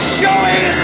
showing